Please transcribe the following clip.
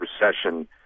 recession